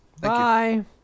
Bye